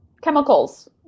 chemicals